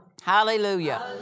Hallelujah